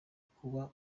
kuba